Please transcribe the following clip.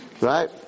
right